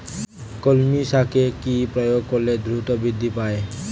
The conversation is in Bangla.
কলমি শাকে কি প্রয়োগ করলে দ্রুত বৃদ্ধি পায়?